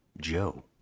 joe